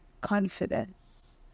confidence